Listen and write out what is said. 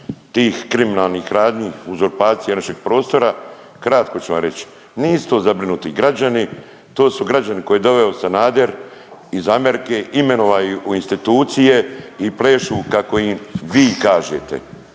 tih kriminalnih radnji uzurpacije naših prostora. Kratko ću vam reći, nisu to zabrinuti građani to su građani koje je doveo Sanader iz Amerike, imenovao ih u institucije i plešu kako im vi kažete.